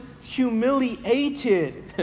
humiliated